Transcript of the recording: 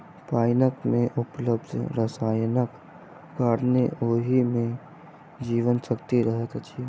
पाइन मे उपलब्ध रसायनक कारणेँ ओहि मे जीवन शक्ति रहैत अछि